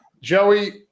joey